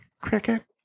Cricket